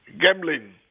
gambling